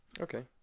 Okay